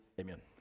Amen